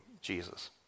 Jesus